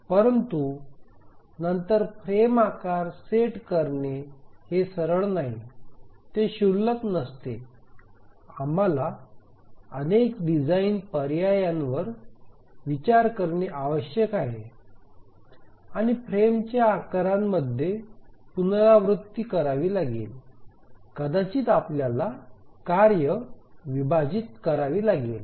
परंतु नंतर फ्रेम आकार सेट करणे हे सरळ नाही ते क्षुल्लक नसते आम्हाला अनेक डिझाइन पर्यायांवर विचार करणे आवश्यक आहे आणि फ्रेमच्या आकारांमध्ये पुनरावृत्ती करावी लागेल कदाचित आपल्याला कार्ये विभाजित करावी लागेल